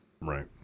Right